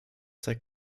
zeigt